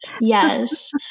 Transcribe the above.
Yes